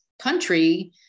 country